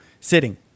sitting